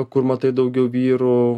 kur matai daugiau vyrų